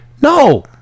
No